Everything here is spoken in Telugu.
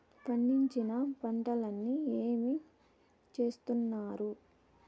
పండించిన పంటలని ఏమి చేస్తున్నారు?